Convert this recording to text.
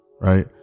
Right